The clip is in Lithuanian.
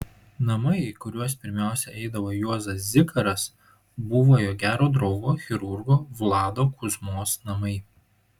namai į kuriuos pirmiausia eidavo juozas zikaras buvo jo gero draugo chirurgo vlado kuzmos namai